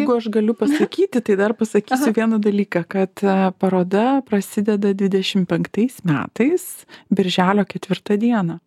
jeigu aš galiu pasakyti tai dar pasaky vieną dalyką kad paroda prasideda dvidešim penktais metais birželio ketvirtą dieną